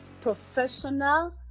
professional